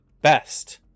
best